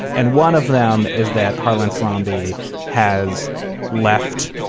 and one of them is that harlan romney has left.